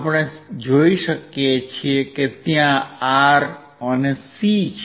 આપણે જોઈ શકીએ છીએ કે ત્યાં R અને C છે